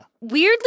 Weirdly